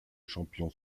champion